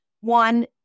one